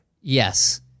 Yes